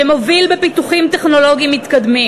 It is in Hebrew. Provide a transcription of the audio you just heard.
שמוביל בפיתוחים טכנולוגיים מתקדמים?